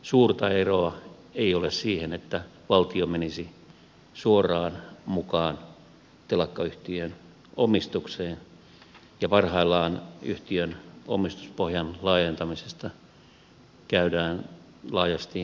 suurta eroa ei ole siihen että valtio menisi suoraan mukaan telakkayhtiön omistukseen ja parhaillaan yhtiön omistuspohjan laajentamisesta käydään laajasti keskusteluja